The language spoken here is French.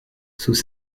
sous